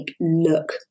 look